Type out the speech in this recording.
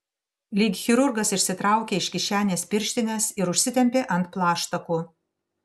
lyg chirurgas išsitraukė iš kišenės pirštines ir užsitempė ant plaštakų